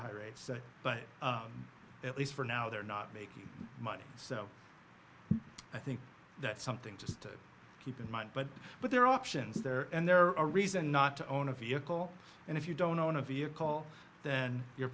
high rates but at least for now they're not making money so i think that's something to keep in mind but but there are options there and there are a reason not to own a vehicle and if you don't own a vehicle then you're